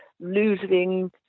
losing